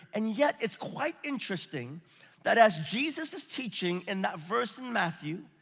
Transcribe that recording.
and yet it's quite interesting that as jesus is teaching in that verse in matthew,